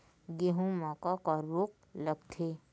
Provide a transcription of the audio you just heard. गेहूं म का का रोग लगथे?